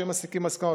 והם מסיקים מסקנות,